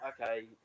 okay